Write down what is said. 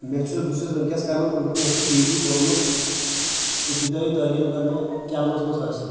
مےٚ چھُ بہٕ چھُس ؤنکیٚس کران مےٚ چھُ پی جی کوٚرمُت ابتدٲیی تعلیٖم کٔر مےٚ کیلمس منٛز حٲصِل